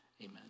amen